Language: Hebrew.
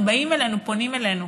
הם באים אלינו, פונים אלינו,